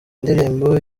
ndirimbo